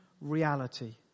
reality